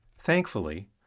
Thankfully